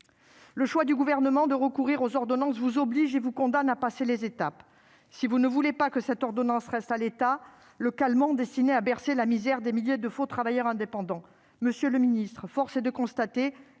Le choix du Gouvernement de recourir aux ordonnances vous oblige et vous condamne à passer les étapes si vous ne voulez pas que ce texte reste à l'état de calmant destiné à bercer d'illusions des milliers de faux travailleurs indépendants dans la misère. Monsieur le secrétaire